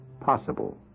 possible